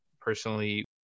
personally